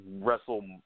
wrestle